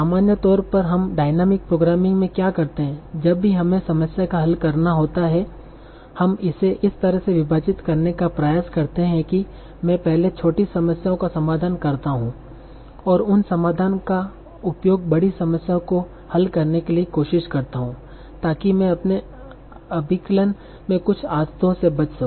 सामान्य तौर पर हम डायनामिक प्रोग्रामिंग में क्या करते हैं जब भी हमें समस्या का हल करना होता है हम इसे इस तरह से विभाजित करने का प्रयास करते हैं कि मैं पहले छोटी समस्याओं का समाधान करता हूं और उन समाधान का का उपयोग बड़ी समस्याओं को हल करने के लिए कोशिश करता हूं ताकि मैं अपने अभिकलन में कुछ आदतों से बच सकूं